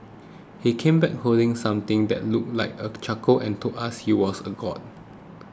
he came back holding something that looked like a charcoal and told us he was a god